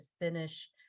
finish